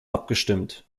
abgestimmt